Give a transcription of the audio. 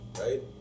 right